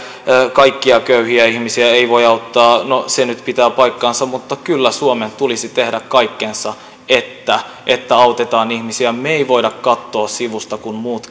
kaikkia köyhiä ihmisiä ei voi auttaa no se nyt pitää paikkansa mutta kyllä suomen tulisi tehdä kaikkensa että että autetaan ihmisiä me emme voi katsoa sivusta kun muut